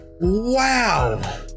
Wow